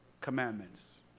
commandments